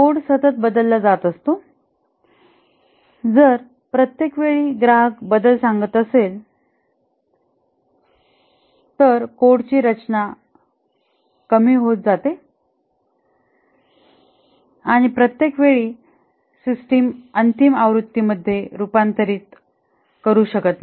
code सतत बदलला जात असतो जर प्रत्येक वेळी ग्राहक बदल सांगत असेल तर कोडची रचना कमी होत जाते आणि प्रत्येक वेळी सिस्टम अंतिम आवृत्तीमध्ये रूपांतरित करू शकत नाही